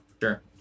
Sure